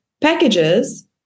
packages